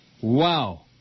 Wow